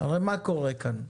הרי מה קורה כאן,